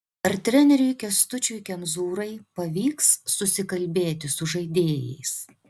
ar treneriui kęstučiui kemzūrai pavyks susikalbėti su žaidėjais